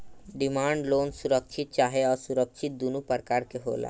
demand loan सुरक्षित चाहे असुरक्षित दुनो प्रकार के होला